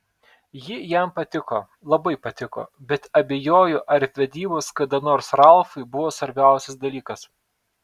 ji jam patiko labai patiko bet abejoju ar vedybos kada nors ralfui buvo svarbiausias dalykas